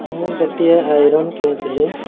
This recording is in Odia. ମୁଁ ଗୋଟିଏ ଆଇରନ୍ କିଣିଥିଲି